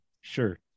sure